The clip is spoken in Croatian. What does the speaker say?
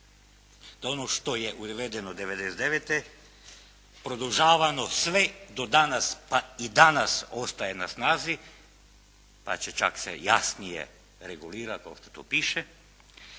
da ono što je uvedeno '99. produžavano sve do danas pa i danas ostaje na snazi, pa će čak se jasnije regulira kako to tu piše,